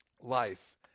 life